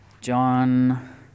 John